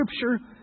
scripture